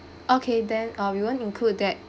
okay then uh we won't include that